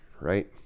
right